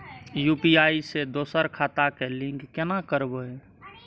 UPI से दोसर के खाता लिंक केना करबे?